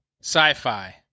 sci-fi